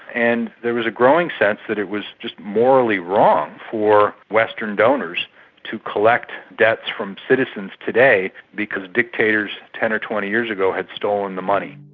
and there was a growing sense that it was just morally wrong for western donors to collect debts from citizens today because dictators ten or twenty years ago had stolen the money.